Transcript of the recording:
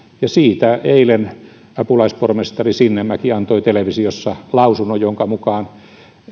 ja siitä eilen apulaispormestari sinnemäki antoi televisiossa lausunnon jonka mukaan